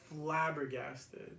flabbergasted